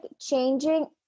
changing